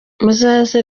muzaze